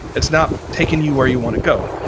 it's not taking you where you want to go.